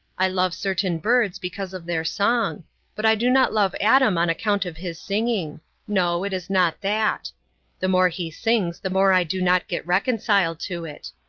i love certain birds because of their song but i do not love adam on account of his singing no, it is not that the more he sings the more i do not get reconciled to it.